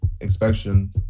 inspection